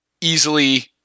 easily